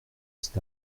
cet